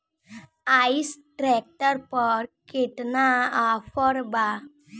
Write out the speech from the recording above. अइसन ट्रैक्टर पर केतना ऑफर बा?